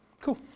cool